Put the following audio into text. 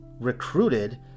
recruited